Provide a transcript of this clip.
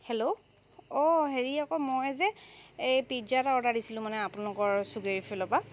hello অঁ হেৰি আকৌ মই যে পিজ্জা এটা অৰ্ডাৰ দিছিলোঁ মানে আপোনলোকৰ পৰা